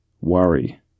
worry